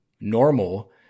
normal